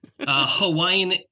Hawaiian